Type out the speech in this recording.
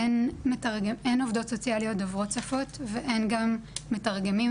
אין עובדות סוציאליות דוברות שפות ואין גם מתרגמים,